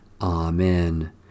Amen